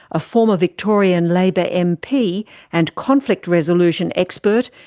a former victorian labor mp and conflict resolution expert,